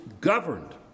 governed